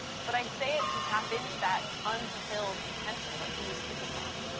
but i say it to top into that unfulfilled potential that he was speaking of.